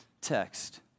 text